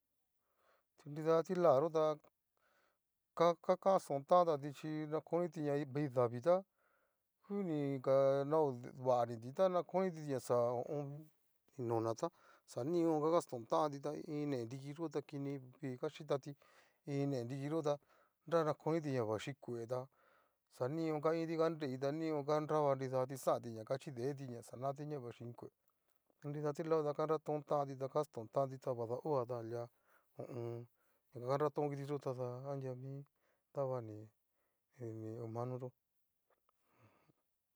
Nrida tila yo'o ta ga kastontantanti chí nakoniti na vei davii tá ngu ni ga na ovaniti tá na koniti xá ho o on. nona ta xa nion nga astontantita ine nriki yóo ta kini vii achítati, nee nrikiyo tá na koniti na vechí kue tá xa nion a nruti a nreiti tá tanion ha nravanidati xaanti ña ka chideti ña xanati na vechí kue tu nrida tilayo ta anratontanti, ta kastón tanti ta vada oga tan lia ho o on. ña ganraton kitiyó tada anria mi davani huamanoyó.